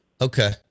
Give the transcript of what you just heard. Okay